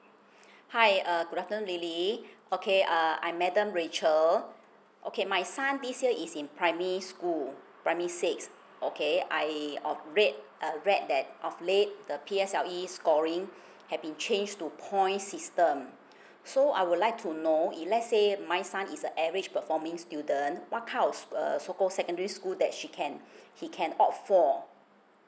hi uh good afternoon lily okay uh I'm madam rachel okay my son this year is in primary school primary six okay I uh read that of late the P_S_L_E scoring have been changed to points system so I would like to know if let's say my son is a average performing student what kind of uh so call secondary school that she can he can opt for